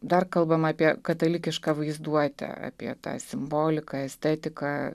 dar kalbama apie katalikišką vaizduotę apie tą simboliką estetiką